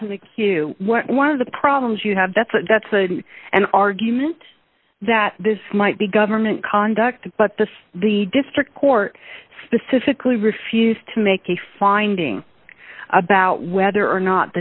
one of the problems you have that's that's an argument that this might be government conduct but the the district court specifically refused to make a finding about whether or not the